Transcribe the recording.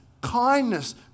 kindness